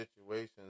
situations